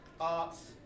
arts